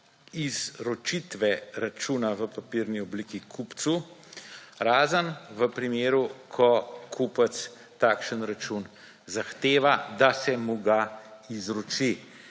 izročitve računa v papirni obliki kupcu, razen v primeru, ko kupec takšen račun zahteva, da se mu ga izroči.